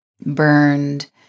burned